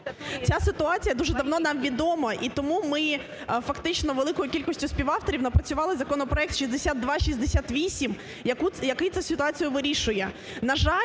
Ця ситуація дуже давно нам відома. І тому ми фактично великою кількістю співавторів напрацювали законопроект 6268, який цю ситуацію вирішує.